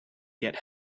get